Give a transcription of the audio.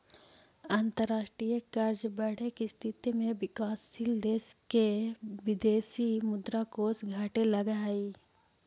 अंतरराष्ट्रीय कर्ज बढ़े के स्थिति में विकासशील देश के विदेशी मुद्रा कोष घटे लगऽ हई